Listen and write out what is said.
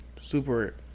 super